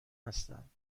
هستند